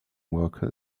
worker